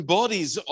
bodies